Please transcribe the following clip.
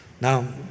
Now